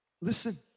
Listen